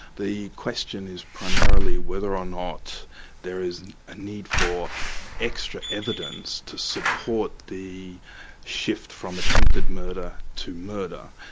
the question is primarily whether or not there is a need for extra evidence to support the shift from attempted murder to murder.